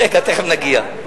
רגע, תיכף נגיע.